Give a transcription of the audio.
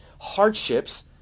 hardships